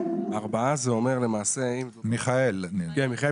ארבעה זה אומר --- אבל אולי לפני